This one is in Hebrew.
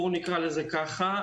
נקרא לזה כך,